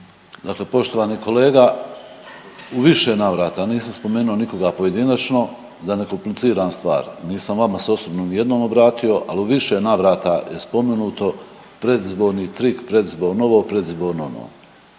Dakle, poštovani kolega u više navrata nisam spomenuo nikoga pojedinačno, da ne kompliciram stvar, nisam vama se osobno ni jednom obratio, ali u više navrata je spomenuto predizborni trik, predizborno ovo, predizborno